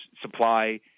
supply